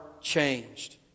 changed